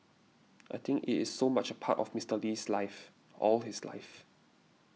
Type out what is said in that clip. I think it is so much a part of Mister Lee's life all his life